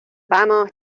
vamos